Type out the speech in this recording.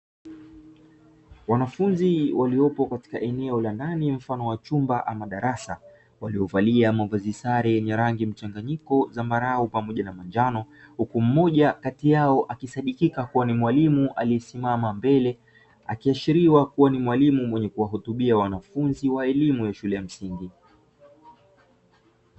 Wanafunzi waliopo katika eneo la ndani mfano wa chumba ama darasa, waliovalia mavazi sare yenye rangi mchanganyiko zambarau pamoja na manjano, huku mmoja kati yao akisadikika kuwa ni mwalimu aliyesimama mbele, akiashiriwa kuwa ni mwalimu mwenye kuwahutubia wanafunzi wa elimu ya shule ya msingi.